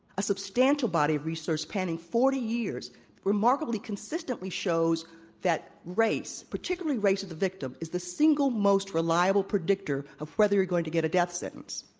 a substantial body of research spanning forty years it remarkably, consistently shows that race, particularly race of the victim, is the single most reliable predictor of whether you're going to get a death sentence.